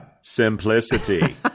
simplicity